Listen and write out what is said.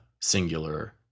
singular